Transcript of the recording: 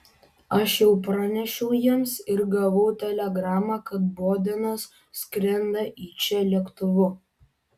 aš jau pranešiau jiems ir gavau telegramą kad bodenas skrenda į čia lėktuvu